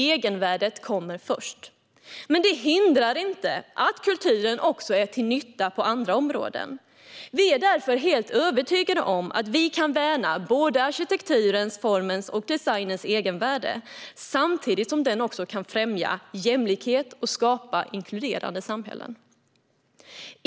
Egenvärdet kommer först. Men det hindrar inte att kulturen är till nytta också på andra områden. Vi är därför helt övertygade om att vi kan värna både arkitekturens, formens och designens egenvärde, samtidigt som de också kan främja jämlikhet och skapa inkluderande samhällen.